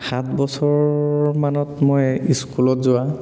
সাত বছৰমানত মই স্কুলত যোৱা